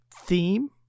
theme